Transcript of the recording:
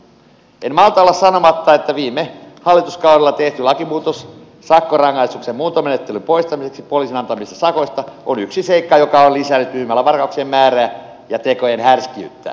en malta olla sanomatta että viime hallituskaudella tehty lakimuutos sakkorangaistuksen muuntomenettelyn poistamiseksi poliisin antamista sakoista on yksi seikka joka on lisännyt myymälävarkauksien määrää ja tekojen härskiyttä